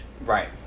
Right